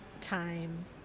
time